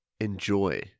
enjoy